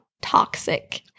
toxic